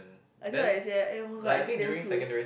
I know what I say eh eh oh-my-god I say damn cool